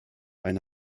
eine